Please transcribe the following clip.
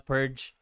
Purge